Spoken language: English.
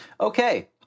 okay